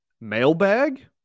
mailbag